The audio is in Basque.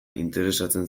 interesatzen